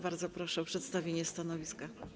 Bardzo proszę o przedstawienie stanowiska.